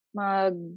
mag